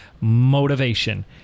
motivation